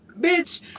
bitch